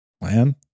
plan